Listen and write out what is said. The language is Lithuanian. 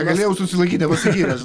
negalėjau susilaikyt nepasigyręs